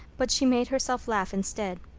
but she made herself laugh instead.